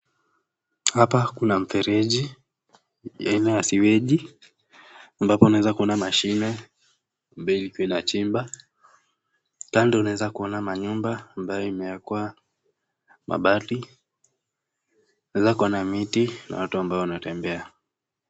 Hapa kuna mfereji aina ya siweji ambapo unaweza kuona mashine, maybe ikiwa ina chimba. Kando unaweza kuona manyumba ambayo imewekwa mabati. Naweza kuona miti na watu ambao wanatembea.